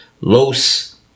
Los